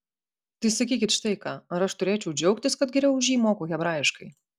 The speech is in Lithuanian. tai sakykit štai ką ar aš turėčiau džiaugtis kad geriau už jį moku hebrajiškai